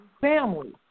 Family